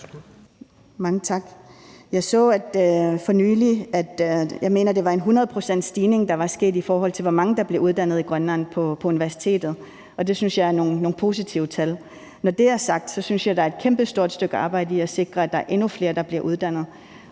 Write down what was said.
Mange tak. Jeg så for nylig, at der var sket en 100-procentsstigning, mener jeg det var, i forhold til hvor mange der bliver uddannet i Grønland på universitetet, og det synes jeg er et positivt tal. Når det er sagt, synes jeg, der er et kæmpestort stykke arbejde i at sikre, at der er endnu flere, der bliver uddannet.